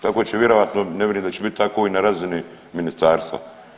Tako će vjerojatno ne vjerujem da će bit tako i na razini ministarstva.